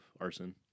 arson